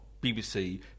BBC